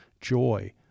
joy